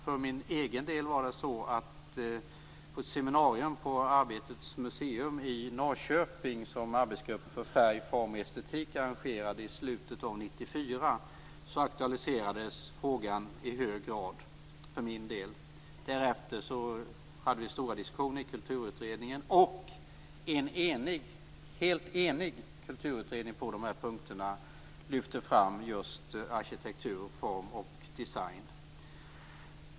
För mig egen del aktualiserades frågan i hög grad på ett seminarium på Arbetets museum i Norrköping som Arbetsgruppen för färg, form och estetik arrangerade i slutet av 1994. Därefter hade vi stora diskussioner i Kulturutredningen, och en kulturutredning som på dessa punkter var helt enig lyfte fram just arkitektur, form och design.